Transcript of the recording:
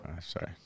Sorry